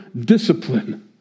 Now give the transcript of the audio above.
discipline